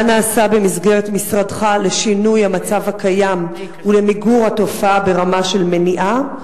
מה נעשה במסגרת משרדך לשינוי המצב הקיים ולמיגור התופעה ברמה של מניעה?